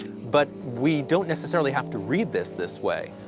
but we don't necessarily have to read this this way.